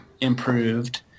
improved